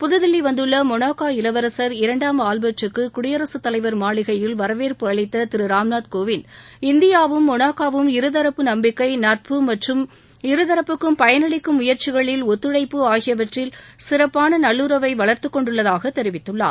புதுதில்லி வந்துள்ள மொனாக்கோ இளவரசர் இரண்டாம் ஆவ்பர்டுக்கு குடியரசுத் தலைவர் மாளிகையில் வரவேற்பு அளித்த திரு ராம்நாத் கோவிந்த் இந்தியாவும் மொனாக்கோவும் இருதரப்பு நம்பிக்கை நட்பு மற்றும் இருதரப்புக்கும் பயனளிக்கும் முயற்சிகளில் ஒத்துழைப்பு ஆகியவற்றில் சிறப்பான நல்லுறவை வளர்த்துக்கொண்டுள்ளதாக தெரிவித்தார்